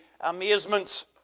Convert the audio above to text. amazement